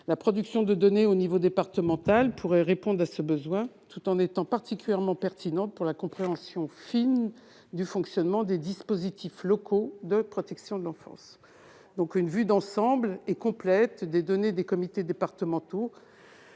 La production de données au niveau départemental pourrait répondre à ce besoin, tout en étant particulièrement pertinente pour la compréhension fine du fonctionnement des dispositifs locaux de protection de l'enfance. Une vue d'ensemble, complète, des données des comités départementaux,